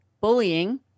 bullying